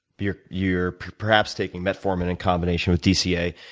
you're you're perhaps taking metformin in combination with dca.